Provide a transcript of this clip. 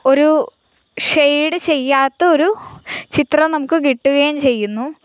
ഒരൂ ഷേയ്ഡ് ചെയ്യാത്തൊരു ചിത്രം നമുക്ക് കിട്ടുകയും ചെയ്യുന്നു